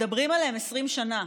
מדברים עליהן 20 שנה.